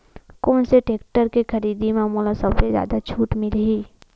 कोन से टेक्टर के खरीदी म मोला सबले जादा छुट मिलही?